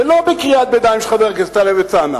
ולא בקריאת ביניים של חבר הכנסת טלב אלסאנע,